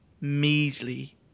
measly